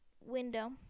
window